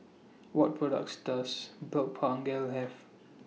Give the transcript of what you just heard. What products Does Blephagel Have